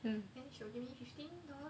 ya then she will give me fifteen dollars